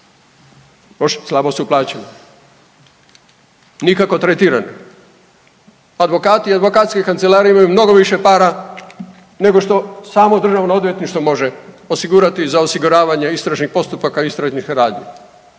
… slabo su plaćeni, nikako tretirani, advokati i advokatske kancelarije imaju mnogo više para nego što samo državno odvjetništvo može osigurati za osiguravanje istražnih postupaka i istražnih radnji,